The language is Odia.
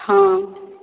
ହଁ